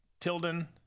Tilden